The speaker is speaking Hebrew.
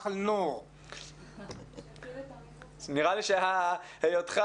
לצערי לא הייתי בתחילת השיחה, עד שהתחברתי.